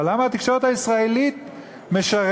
אבל למה התקשורת הישראלית משרתת,